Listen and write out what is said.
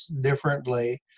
differently